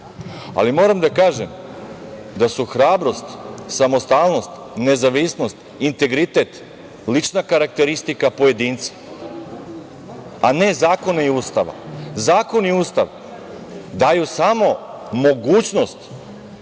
izvedu. Moram da kažem, da su hrabrost, samostalnost, nezavisnost, integritet lična karakteristika pojedinca, a ne zakona i Ustava. Zakon i Ustav daju samo mogućnost